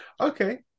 Okay